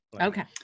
Okay